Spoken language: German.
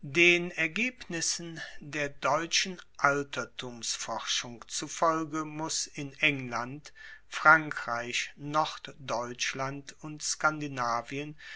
den ergebnissen der deutschen altertumsforschung zufolge muss in england frankreich norddeutschland und